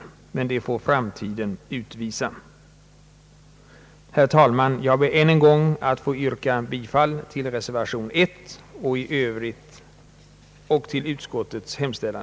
Det får framtiden utvisa. Herr talman! Jag ber än en gång att få yrka bifall till reservation nr 1 och i övrigt till utskottets hemställan.